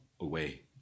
away